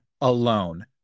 alone